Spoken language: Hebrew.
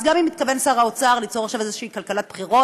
אז גם אם שר האוצר מתכוון ליצור עכשיו איזושהי כלכלת בחירות,